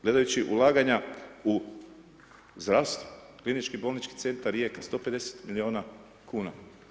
Gledajući ulaganja u zdravstvo, Klinički bolnički centar Rijeka 150 milijuna kuna.